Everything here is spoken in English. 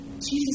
Jesus